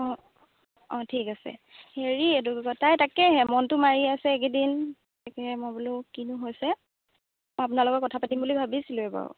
অঁ অঁ ঠিক আছে হেৰি এইটো কি কয় তাই তাকেহে মনটো মাৰি আছে এইকেইদিন তাকে মই বোলো কিনো হৈছে আপোনাৰ লগত কথা পাতিম বুলি ভাবিছিলোঁয়ে বাৰু